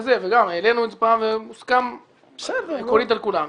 העלינו את זה פעם והוסכם עקרונית על כולם.